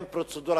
אם פרוצדורה,